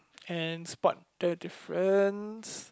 and spot the difference